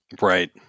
Right